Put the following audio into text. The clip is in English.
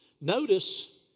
Notice